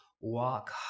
walk